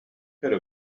could